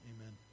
amen